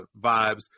vibes